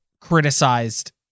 criticized